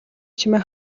чимээ